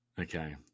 Okay